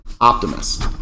optimist